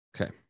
Okay